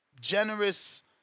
generous